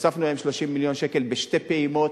והוספנו להם 30 מיליון שקל בשתי פעימות.